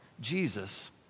Jesus